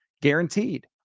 Guaranteed